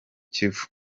kivu